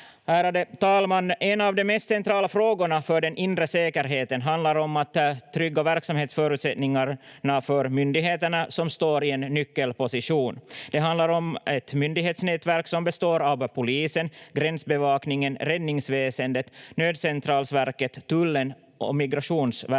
Ärade talman! En av de mest centrala frågorna för den inre säkerheten handlar om att trygga verksamhetsförutsättningarna för myndigheterna som står i en nyckelposition. Det handlar om ett myndighetsnätverk som består av polisen, gränsbevakningen, räddningsväsendet, Nödcentralsverket, Tullen och Migrationsverket,